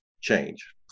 change